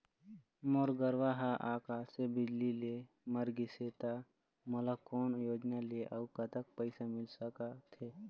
मोर गरवा हा आकसीय बिजली ले मर गिस हे था मोला कोन योजना ले अऊ कतक पैसा मिल सका थे?